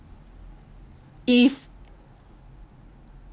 if